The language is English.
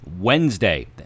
Wednesday